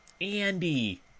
Andy